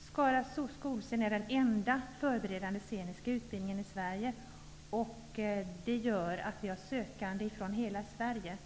Skara skolscen är den enda förberedande sceniska utbildningen i Sverige. Det gör att den har sökande från hela Sverige.